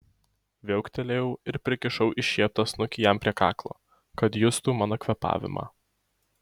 viauktelėjau ir prikišau iššieptą snukį jam prie kaklo kad justų mano kvėpavimą